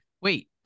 wait